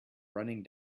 running